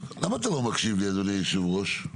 למה אתה לא מקשיב לי אדוני יושב הראש?